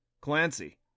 Clancy